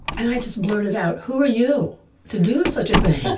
and i just blurted out. who are you to do such a thing?